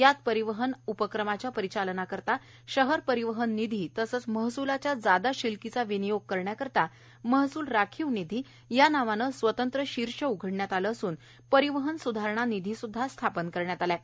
यात परिवहन उपक्रमाच्या परिचालनाकरिता शहर परिवहन निधी तसेच महस्लाच्या जादा शिलकीचा विनियेग करण्याकरिता महस्ल राखीव निधी या नावाने स्वतंत्र शीर्ष उघडण्यात आलेले असून परिवहन सुधारणा निधी सुद्धा स्थापन करण्यात आला आहे